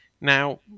Now